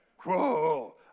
Whoa